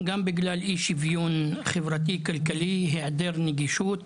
גם בגלל אי שוויון חברתי-כלכלי, היעדר נגישות,